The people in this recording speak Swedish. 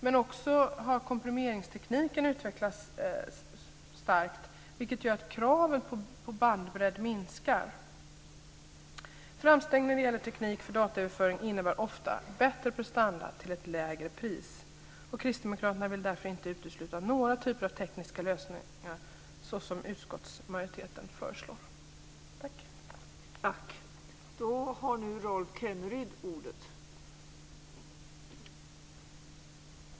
Men också komprimeringstekniken har utvecklats starkt, vilket gör att kraven på bandbredd minskar. Framstegen när det gäller teknik för dataöverföring innebär ofta bättre prestanda till lägre pris. Kristdemokraterna vill därför inte utesluta några typer av tekniska lösningar så som utskottsmajoriteten föreslår.